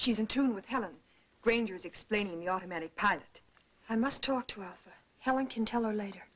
she's in tune with helen granger's explaining the automatic pilot i must talk to us how we can tell her later